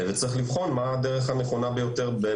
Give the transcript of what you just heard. צריך לבחון מה הדרך הנכונה ביותר.